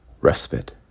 respite